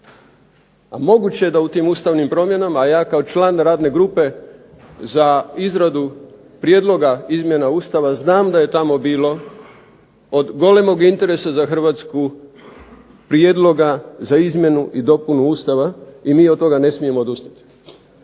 A moguće je da u tim ustavnim promjenama, a ja kao član Radne grupe za izradu Prijedloga izmjena Ustava znam da je tamo bilo od godine bilo od golemog interesa za Hrvatsku prijedloga za izmjenu i dopunu Ustava i mi od toga ne smijemo odustati.